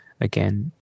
Again